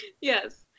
Yes